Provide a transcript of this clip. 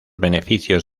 beneficios